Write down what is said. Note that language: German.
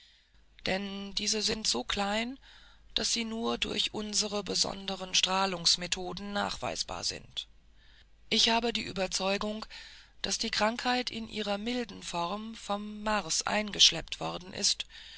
denn diese sind so klein daß sie nur durch unsere besonderen strahlungsmethoden nachweisbar sind ich habe die überzeugung daß die krankheit in ihrer milden form vom mars eingeschleppt worden ist